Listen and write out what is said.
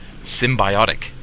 symbiotic